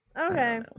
Okay